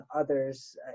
others